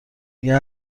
دیگه